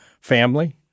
family